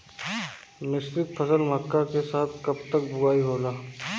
मिश्रित फसल मक्का के साथ कब तक बुआई होला?